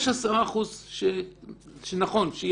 יש 10% סיכוי שתהיה